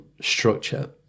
structure